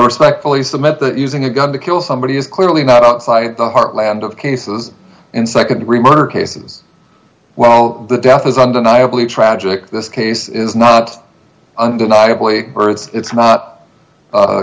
respectfully submit that using a gun to kill somebody is clearly not outside the heartland of cases and nd degree murder cases well the death is undeniably tragic this case is not undeniably births it's not